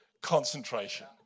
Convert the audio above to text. concentration